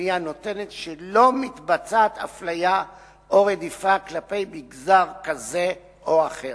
והיא הנותנת שלא מתבצעת אפליה או רדיפה כלפי מגזר כזה או אחר.